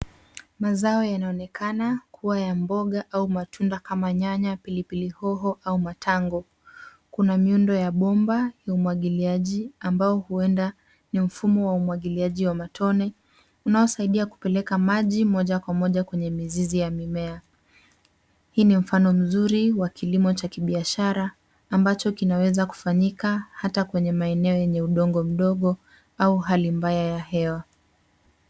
Mazao yanaonekana kuwa ya mboga au matunda kama nyanya, pilipili hoho au matango. Kuna miundo ya bomba ya umwagiliaji ambao huenda ni mfumo wa umwagiliaji wa matone unaosaidia kupeleka maji moja kwa moja kwenye mizizi ya mimea. Hii ni mfano mzuri wa kilimo cha kibiashara ambacho kinaweza kufanyika hata kwenye maeneo yenye udongo mdogo au hali mbaya ya hewa.